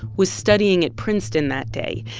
was studying at princeton that day.